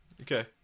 Okay